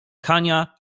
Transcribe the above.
hania